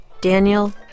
Daniel